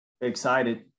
excited